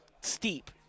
steep